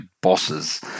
bosses